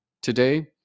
Today